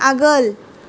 आगोल